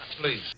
please